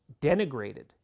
denigrated